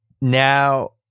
Now